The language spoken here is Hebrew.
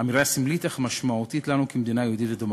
אמירה סמלית אך משמעותית לנו כמדינה יהודית ודמוקרטית.